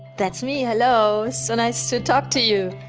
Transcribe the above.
that's me. hello. so nice to talk to you.